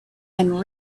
and